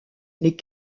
les